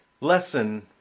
lesson